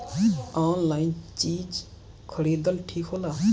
Online चीज खरीदल ठिक होला?